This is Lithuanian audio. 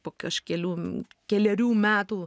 po kažkelių kelerių metų